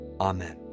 Amen